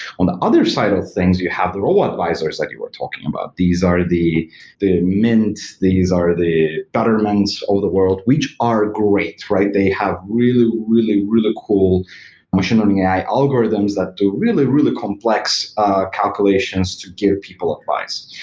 on the other side of things, you have the robo-advisors that you were talking about. these are the the mint, these are the betterments of the world, which are great. they have really, really, really cool machine learning ai algorithms that do really, really complex calculations to give people advice.